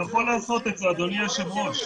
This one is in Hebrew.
הוא יכול לעשות את זה, אדוני היושב ראש.